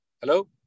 Hello